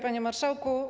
Panie Marszałku!